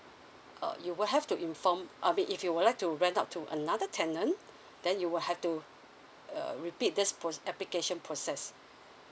uh you will have to inform I mean if you would like to rent out to another tenant then you will have to uh repeat this pro~ application process